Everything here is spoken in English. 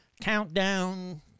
countdown